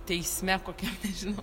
teisme kokiam nežinau